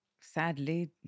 sadly